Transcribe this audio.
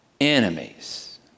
enemies